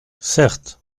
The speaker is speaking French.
certes